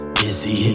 busy